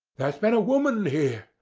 there's been a woman here,